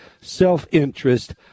self-interest